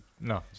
No